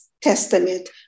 testament